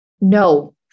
No